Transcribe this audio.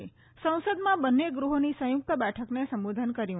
સંસદમાં બન્ને ગૃહોની સંયુક્ત બેઠકને સંબોધન કર્યું